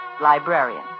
librarian